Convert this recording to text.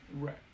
Right